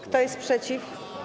Kto jest przeciw?